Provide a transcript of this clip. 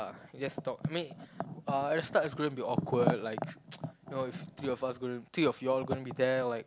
ya just talk i mean uh at the start it's gonna be awkward like you know if three of us gonna three of you all gonna be there like